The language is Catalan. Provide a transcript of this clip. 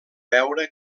beure